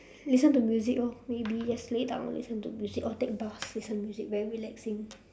listen to music orh maybe just lay down to listen to music or take bus listen to music very relaxing